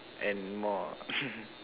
and more